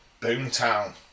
Boomtown